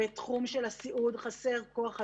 בתחום של הסיעוד חסר כוח אדם.